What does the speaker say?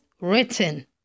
written